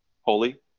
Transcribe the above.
holy